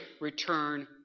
return